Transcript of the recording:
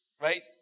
Right